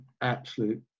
absolute